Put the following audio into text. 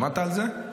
שמעת על זה?